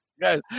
guys